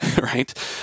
right